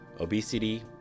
Obesity